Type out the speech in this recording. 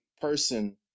person